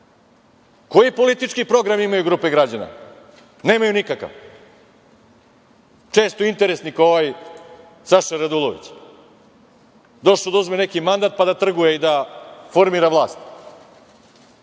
Koji politički program imaju grupe građana? Nemaju nikakav. Često interesni, kao ovaj Saša Radulović. Došao da uzme neki mandat pa da trguje i da formira vlast.